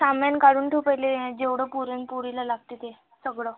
सामान काढून ठेव पहिले जेवढं पुरणपोळीला लागते ते सगळं